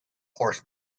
horse